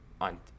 on